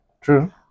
True